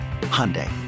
Hyundai